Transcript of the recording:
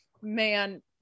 Man